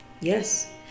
Yes